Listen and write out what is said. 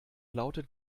lautet